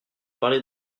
parler